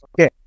Okay